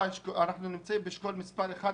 אני קורא לו אירוע מכובד.